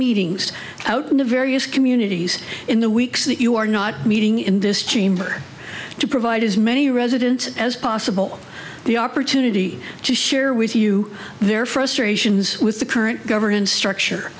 meetings out of the various communities in the weeks that you are not meeting in this chamber to provide as many residents as possible the opportunity to share with you their frustrations with the current governance structure